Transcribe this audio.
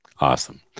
Awesome